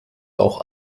auch